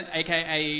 aka